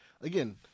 again